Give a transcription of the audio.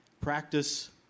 practice